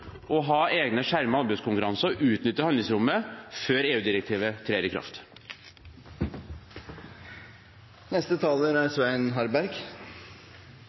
å ha egne skjermede anbudskonkurranser og utnytte handlingsrommet før EU-direktivet trer i